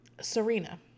Serena